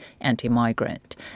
anti-migrant